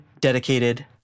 dedicated